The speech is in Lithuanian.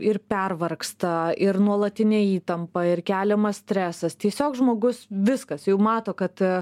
ir pervargsta ir nuolatinė įtampa ir keliamas stresas tiesiog žmogus viskas jau mato kad